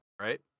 right